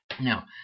Now